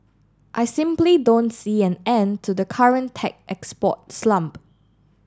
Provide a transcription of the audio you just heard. I simply don't see an end to the current tech export slump